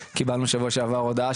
קיבלנו בשבוע שעבר הודעה,